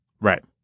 Right